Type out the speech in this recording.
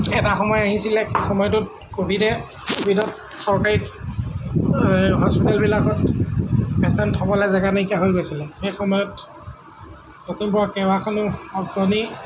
এটা সময় আহিছিলে সেই সময়টোত ক'ভিডে ক'ভিডত চৰকাৰী হস্পিটেলবিলাকত পেচেণ্ট থ'বলৈ জেগা নাইকিয়া হৈ গৈছিলে সেই সময়ত লখিমপুৰৰ কেইবাখনো অগ্ৰণী